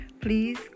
Please